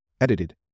edited